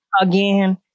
Again